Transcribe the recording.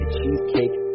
Cheesecake